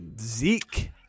Zeke